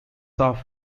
off